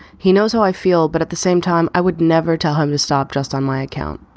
he knows how i feel. but at the same time, i would never tell him to stop just on my account.